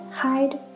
hide